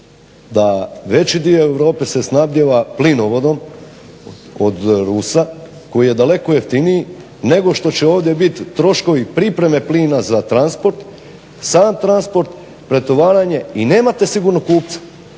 da veći dio Europe se snabdijeva plinovodom od Rusa koji je daleko jeftiniji, nego što će ovdje bit troškovi pripreme plina za transport, sam transport, pretovaranje i nemate sigurnog kupca.